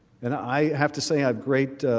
and i have to say a great